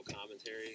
commentary